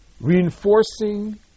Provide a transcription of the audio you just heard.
reinforcing